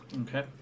Okay